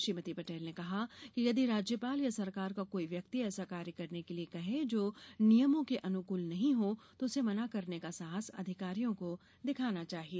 श्रीमती पटेल ने कहा कि यदि राज्यपाल या सरकार का कोई व्यक्ति ऐसा कार्य करने के लिए कहे जो नियमों के अनुकूल नहीं हो तो उसे मना करने का साहस अधिकारियों को दिखाना चाहिए